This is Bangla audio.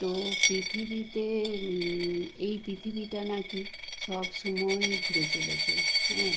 তো পৃথিবীতে এই পৃথিবীতে নাকি সব সময় ঘুরে চলেছে হ্যাঁ